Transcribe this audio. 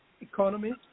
economy